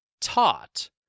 Taught